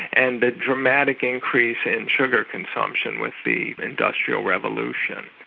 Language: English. and the dramatic increase in sugar consumption with the industrial revolution.